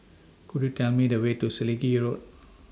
Could YOU Tell Me The Way to Selegie Road